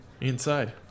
inside